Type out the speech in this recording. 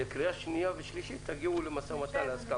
בקריאה השנייה השלישית תגיעו להסכמה.